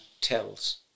tells